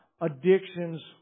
Addictions